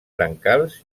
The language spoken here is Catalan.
brancals